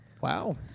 Wow